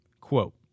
Quote